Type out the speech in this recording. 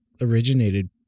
originated